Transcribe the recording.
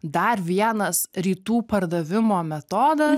dar vienas rytų pardavimo metodas